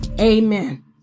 Amen